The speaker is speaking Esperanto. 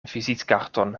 vizitkarton